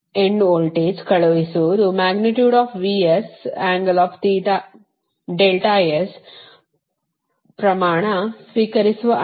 end voltage ಕಳುಹಿಸುವುದು ಪ್ರಮಾಣ ಸ್ವೀಕರಿಸುವ ಅಂತ್ಯ ಮತ್ತು